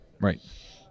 Right